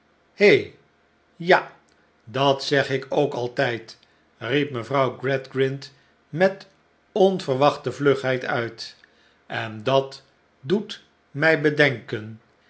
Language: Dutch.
he ja dat zeg ik ook altijd riep mevroeg gradgrind met onverwachte vlugheid uit en dat doet mij bedenken